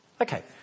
Okay